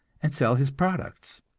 and sell his products.